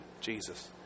Jesus